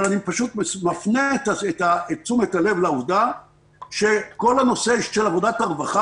אבל אני פשוט מפנה את תשומת הלב לעובדה שכל הנושא של עבודת הרווחה